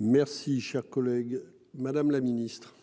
Merci cher collègue. Madame la ministre.